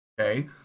Okay